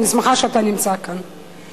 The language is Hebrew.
אני שמחה שאתה נמצא כאן,